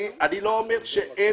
אני לא אומר שאין